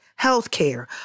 healthcare